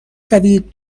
شوید